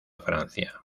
francia